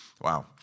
wow